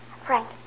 Frank